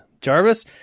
Jarvis